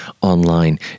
online